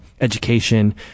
education